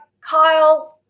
Kyle